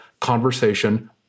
Conversation